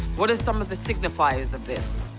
what are some of the signifiers of this?